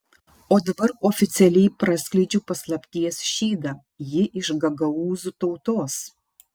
o dabar oficialiai praskleidžiu paslapties šydą ji iš gagaūzų tautos